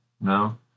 No